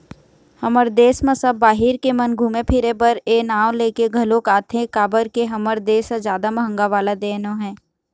हमर देस म सब बाहिर के मन घुमे फिरे बर ए नांव लेके घलोक आथे काबर के हमर देस ह जादा महंगा वाला देय नोहय